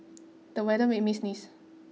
the weather made me sneeze